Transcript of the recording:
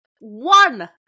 one